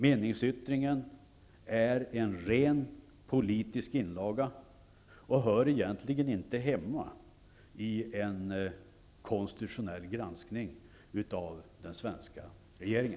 Meningsyttringen är en rent politisk inlaga och hör egentligen inte hemma i en konstitutionell granskning av den svenska regeringen.